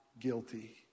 guilty